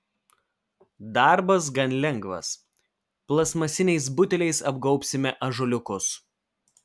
darbas gan lengvas plastmasiniais buteliais apgaubsime ąžuoliukus